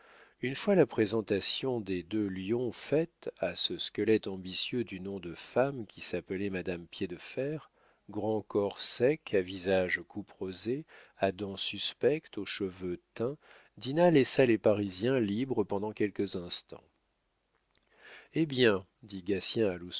une fois la présentation des deux lions faite à ce squelette ambitieux du nom de femme qui s'appelait madame piédefer grand corps sec à visage couperosé à dents suspectes aux cheveux teints dinah laissa les parisiens libres pendant quelques instants eh bien dit